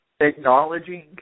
acknowledging